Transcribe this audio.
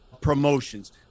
Promotions